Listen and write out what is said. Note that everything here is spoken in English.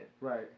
Right